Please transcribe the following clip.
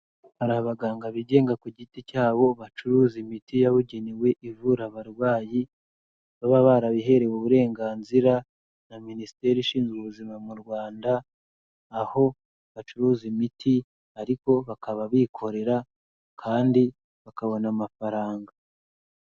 Hari abaganga bigenga ku giti cyabo, bacuruza imiti yabugenewe ivura abarwayi, baba barabiherewe uburenganzira na Minisiteri ishinzwe ubuzima mu Rwanda, aho bacuruza imiti ariko bakaba bikorera kandi bakabona amafaranga.